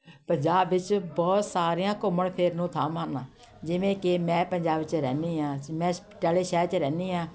ਪੰਜਾਬ ਵਿੱਚ ਬਹੁਤ ਸਾਰੀਆਂ ਘੁੰਮਣ ਫਿਰਨ ਨੂੰ ਥਾਵਾਂ ਹਨ ਜਿਵੇਂ ਕਿ ਮੈਂ ਪੰਜਾਬ ਵਿੱਚ ਰਹਿੰਦੀ ਹਾਂ ਮੈਂ ਪਟਿਆਲਾ ਸ਼ਹਿਰ 'ਚ ਰਹਿੰਦੀ ਹਾਂ